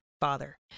father